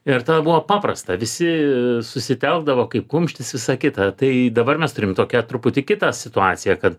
ir tada buvo paprasta visi susitelkdavo kaip kumštis visa kita tai dabar mes turim tokią truputį kitą situaciją kad